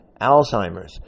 Alzheimer's